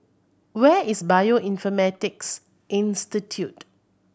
where is Bioinformatics Institute